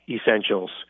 essentials